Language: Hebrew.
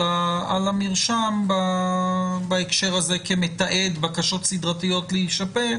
המרשם כמרשם שמתעד בקשות סדרתיות להישפט,